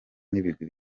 n’ibigwi